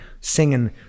singing